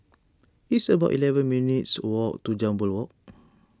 it's about eleven minutes' walk to Jambol Walk